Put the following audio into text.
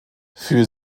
für